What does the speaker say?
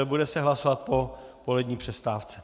Bude se hlasovat až po polední přestávce.